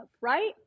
right